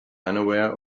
unaware